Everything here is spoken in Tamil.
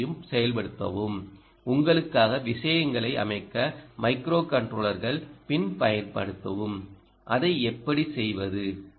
எஸ்ஸையும் செயல்படுத்தவும் உங்களுக்காக விஷயங்களைச் அமைக்க மைக்ரோகண்ட்ரோலர்கள் பின் பயன்படுத்தவும் அதை எப்படி செய்வது